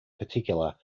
particular